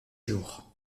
jour